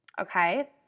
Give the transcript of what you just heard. Okay